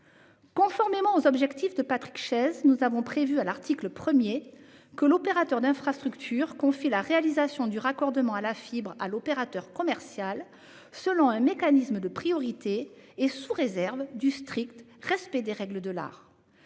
Conformément aux objectifs de Patrick Chaize, nous avons prévu, à l'article 1, que l'opérateur d'infrastructure confie la réalisation du raccordement à la fibre à l'opérateur commercial selon un mécanisme de priorité et sous réserve du strict respect des règles de l'art.